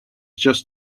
just